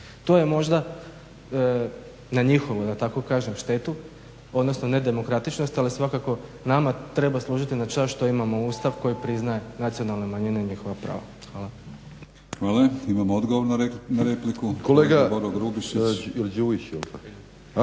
To je možda na njihovu da tako kažem štetu odnosno nedemokratičnost ali svakako nama treba služiti na čast što imamo Ustav koji priznaje nacionalne manjine i njihova prava. Hvala. **Batinić, Milorad (HNS)** Hvala.